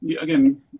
again